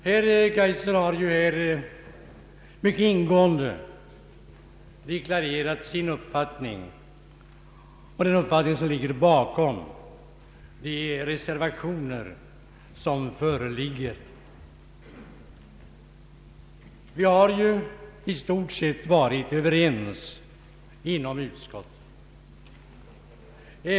Herr Kaijser har här mycket ingående deklarerat sin uppfattning och den uppfattning som ligger bakom de reservationer som föreligger. Vi har i stort sett varit överens inom utskottet.